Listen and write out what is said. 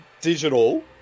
digital